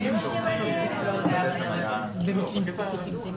זאת אומרת, שאני